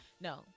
no